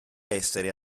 essere